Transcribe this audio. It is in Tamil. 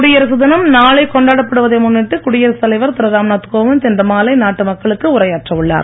குடியரசு தினம் நாளை கொண்டாடப்படுவதை முன்னிட்டு குடியரசு தலைவர் திரு ராம்நாத் கோவிந்த் இன்று மாலை நாட்டு மக்களுக்கு உரையாற்ற உள்ளார்